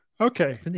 Okay